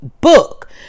book